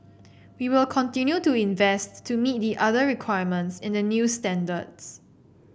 we will continue to invests to meet the other requirements in the new standards